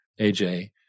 AJ